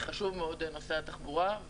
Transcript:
חשוב מאוד נושא התחבורה.